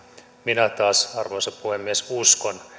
minä taas arvoisa puhemies uskon